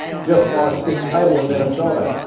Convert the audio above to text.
just won a state title in minnesota.